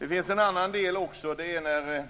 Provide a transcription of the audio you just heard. Ett annat område är